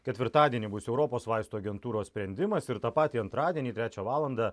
ketvirtadienį bus europos vaistų agentūros sprendimas ir tą patį antradienį trečią valandą